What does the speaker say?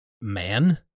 man